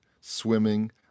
swimming